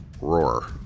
Roar